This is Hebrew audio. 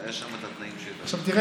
והיו שם את התנאים שלהם.